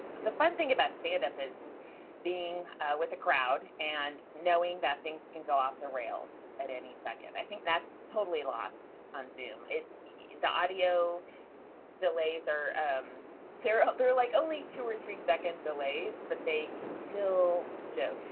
the funny thing about standup is being with a crowd and knowing that things can go off the rails at any second. i think that's totally lost on tim. if the audio delays are um there out there, like only two or three second delays, that but they will jump.